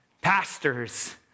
pastors